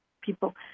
people